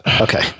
Okay